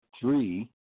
three